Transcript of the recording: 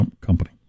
company